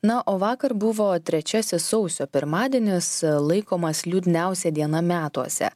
na o vakar buvo trečiasis sausio pirmadienis laikomas liūdniausia diena metuose